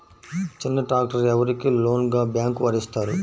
చిన్న ట్రాక్టర్ ఎవరికి లోన్గా బ్యాంక్ వారు ఇస్తారు?